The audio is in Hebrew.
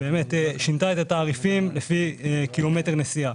באמת שינתה את התעריפים לפי קילומטר נסיעה.